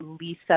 Lisa